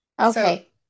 Okay